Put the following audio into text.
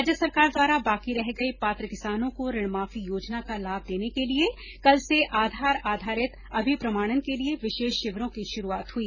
राज्य सरकार द्वारा बाकी रह गए पात्र किसानों को ऋण माफी योजना का लाभ देने के लिए कल से आधार आधारित अभिप्रमाणन के लिए विशेष शिविरों की शुरूआत हई